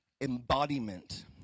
embodiment